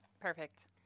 Perfect